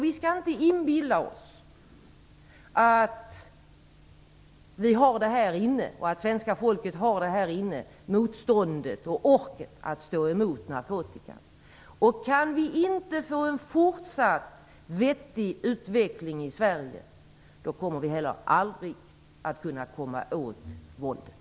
Vi skall inte inbilla oss att det svenska folket inom sig har motståndet och orken att stå emot narkotikan. Kan vi inte få en fortsatt vettig utveckling i Sverige kommer vi aldrig att kunna komma åt våldet.